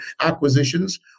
acquisitions